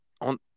On